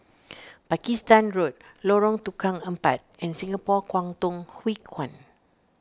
Pakistan Road Lorong Tukang Empat and Singapore Kwangtung Hui Kuan